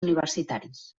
universitaris